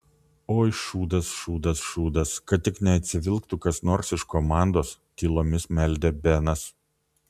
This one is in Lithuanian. oi šūdas šūdas šūdas kad tik neatsivilktų kas nors iš komandos tylomis meldė benas